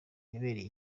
yabereye